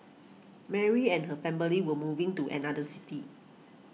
Mary and her family were moving to another city